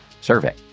survey